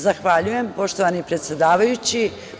Zahvaljujem, poštovani predsedavajući.